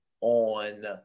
on